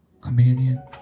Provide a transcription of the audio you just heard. communion